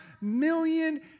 million